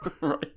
Right